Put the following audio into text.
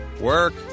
work